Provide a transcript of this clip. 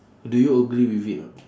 do you agree with it or not